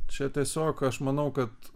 čia tiesiog aš manau kad